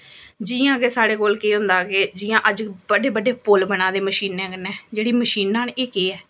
जियां के साढ़े कोल केह् होंदा कि जियां अज्ज बड्डे बड्डे पुल बना दे मशीनें कन्नै जेह्ड़ी मशीनां न एह् केह् ऐ